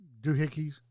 doohickeys